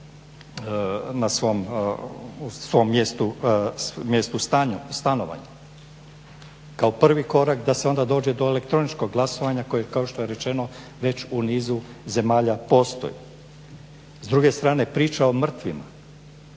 u svom mjestu stanovanja. Kao prvi korak da se onda dođe do elektroničkog glasovanja koji kao što je rečeno već u nizu zemalja postoji. S druge strane, priča o mrtvima.